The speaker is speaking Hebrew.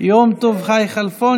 יום טוב חי כלפון,